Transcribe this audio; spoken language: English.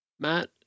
Matt